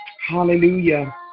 hallelujah